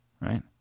Right